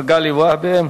מגלי והבה.